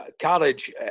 College